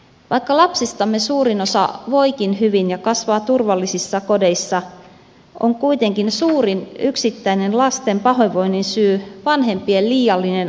vaikka lapsistamme suurin osa voikin hyvin ja kasvaa turvallisissa kodeissa on kuitenkin suurin yksittäinen lasten pahoinvoinnin syy vanhempien liiallinen alkoholinkäyttö